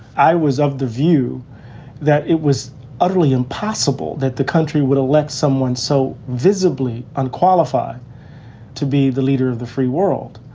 i was of the view that it was utterly impossible that the country would elect someone so visibly unqualified to be the leader of the free world.